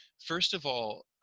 first of all,